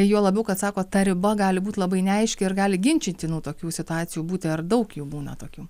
juo labiau kad sakot ta riba gali būt labai neaiški ir gali ginčytinų tokių situacijų būti ar daug jų būna tokių